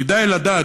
כדאי לדעת,